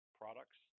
products